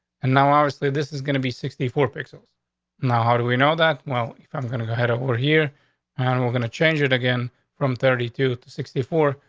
and now, obviously, this is gonna be sixty four pixels now, how do we know that? well, if i'm gonna head over here on. and we're gonna change it again from thirty to to sixty four.